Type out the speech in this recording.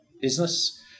business